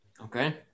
Okay